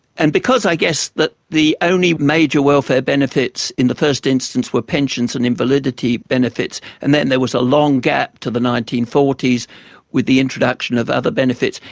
and because, i guess, that the only major welfare benefits in the first instance were pensions and invalidity benefits and then there was a long gap to the nineteen forty s with the introduction of other benefits,